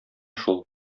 шул